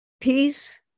Peace